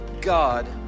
God